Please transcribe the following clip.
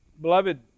Beloved